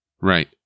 Right